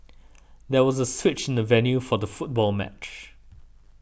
there was a switch in the venue for the football match